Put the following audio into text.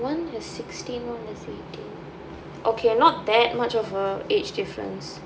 one is sixteen one is eighteen okay not that much of a age difference